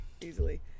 easily